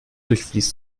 durchfließt